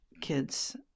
kids